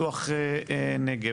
בשביל זה יש את הרשות לפיתוח הנגב,